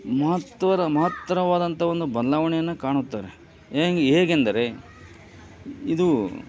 ಮಹತ್ವದ ಮಹತ್ತರವಾದಂಥ ಒಂದು ಬದಲಾವಣೆಯನ್ನ ಕಾಣುತ್ತಾರೆ ಹೆಂಗ್ ಹೇಗೆಂದರೆ ಇದು